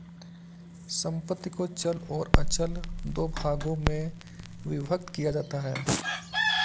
संपत्ति को चल और अचल दो भागों में विभक्त किया जाता है